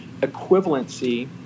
equivalency